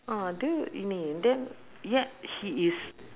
ah then ini then yet he is